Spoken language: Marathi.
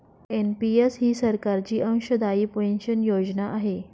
एन.पि.एस ही सरकारची अंशदायी पेन्शन योजना आहे